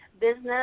business